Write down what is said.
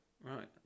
right